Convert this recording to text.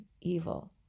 evil